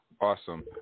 Awesome